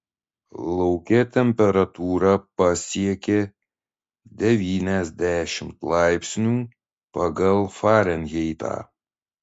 lauke temperatūra pasiekė devyniasdešimt laipsnių pagal farenheitą